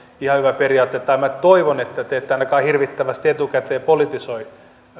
hyvä periaate tai minä toivon että te ette ainakaan hirvittävästi etukäteen politisoi